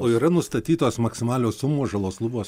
o yra nustatytos maksimalios sumos žalos lubos